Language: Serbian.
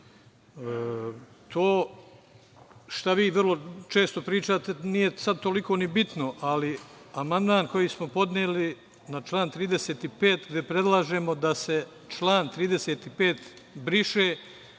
što vi vrlo često pričate, nije sada toliko ni bitno, ali amandman koji smo podneli na član 35, gde predlažemo da se član 35. briše,